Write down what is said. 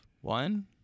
one